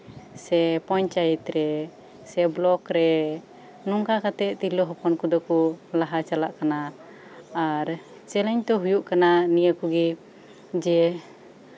ᱥᱮ ᱯᱚᱧᱪᱟᱭᱮᱛ ᱨᱮ ᱥᱮ ᱵᱞᱚᱠ ᱨᱮ ᱱᱚᱝᱠᱟ ᱠᱟᱛᱮ ᱛᱤᱨᱞᱟᱹ ᱦᱚᱯᱚᱱ ᱠᱚᱫᱚ ᱠᱚ ᱞᱟᱦᱟ ᱪᱟᱞᱟᱜ ᱠᱟᱱᱟ ᱟᱨ ᱪᱮᱞᱮᱧᱡᱽ ᱫᱚ ᱦᱳᱭᱳᱜ ᱠᱟᱱᱟ ᱱᱤᱭᱟᱹ ᱠᱚᱜᱮ ᱡᱮ